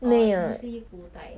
or it's mostly 古代